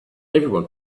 everyone